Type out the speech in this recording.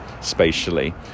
spatially